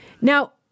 Now